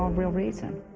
real reason